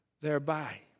thereby